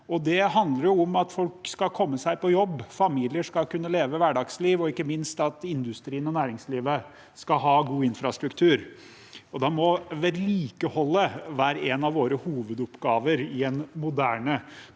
Det handler om at folk skal komme seg på jobb, at familier skal kunne leve hverdagsliv, og ikke minst at industrien og næringslivet skal ha god infrastruktur. Da må vedlikeholdet være en av våre hovedoppgaver i en moderne